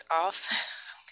off